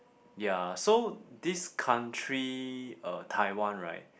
ya so this country uh Taiwan right